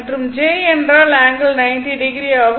மற்றும் j என்றால் ∠90o ஆகும்